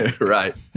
Right